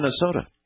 Minnesota